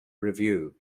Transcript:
revue